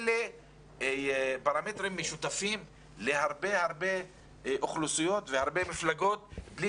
אלה פרמטרים משותפים להרבה אוכלוסיות והרבה מפלגות בלי